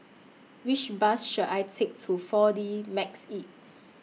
Which Bus should I Take to four D Magix